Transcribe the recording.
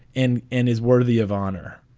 and and is worthy of honor